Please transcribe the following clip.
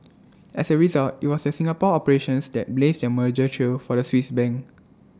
as A result IT was the Singapore operations that blazed the merger trail for the Swiss bank